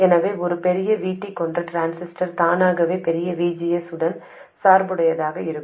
எனவே ஒரு பெரிய Vt கொண்ட டிரான்சிஸ்டர் தானாகவே பெரிய VGS உடன் சார்புடையதாக இருக்கும்